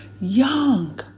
young